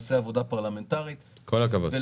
אני